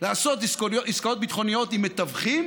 לעשות עסקאות ביטחוניות עם מתווכים,